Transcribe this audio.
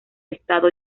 estado